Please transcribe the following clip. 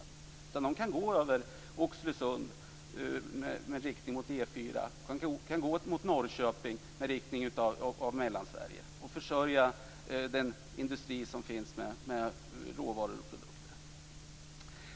Dessa transporter kan ske från Oxelösund i riktning mot E 4 mot Norrköping och Mellansverige och därmed försörja den industri som finns med råvaror och produkter.